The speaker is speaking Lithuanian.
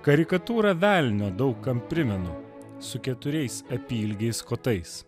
karikatūrą velnio daug kam primenu su keturiais apylygiais kotais